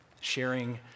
sharing